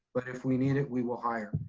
but if we need it, we will hire.